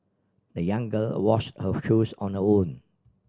the young girl washed her shoes on her own